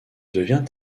devient